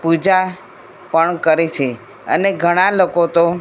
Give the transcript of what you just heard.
પૂજા પણ કરે છે અને ઘણા લોકો તો